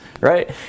right